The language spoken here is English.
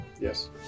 Yes